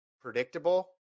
predictable –